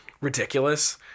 ridiculous